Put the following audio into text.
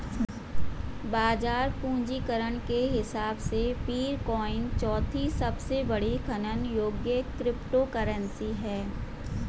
बाजार पूंजीकरण के हिसाब से पीरकॉइन चौथी सबसे बड़ी खनन योग्य क्रिप्टोकरेंसी है